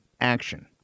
action